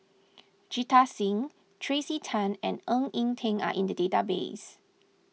Jita Singh Tracey Tan and Ng Eng Teng are in the database